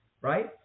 right